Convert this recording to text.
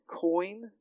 coin